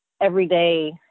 everyday